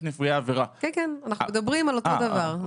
נפגעי עבירה --- אנחנו מדברים על אותו דבר,